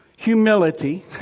Humility